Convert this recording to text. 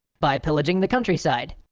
by pillaging the countryside!